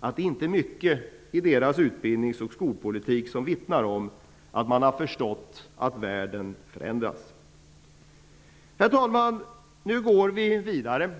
att det inte är mycket i deras utbildnings och skolpolitik som vittnar om att man har förstått att världen förändras. u går vi vidare.